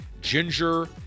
ginger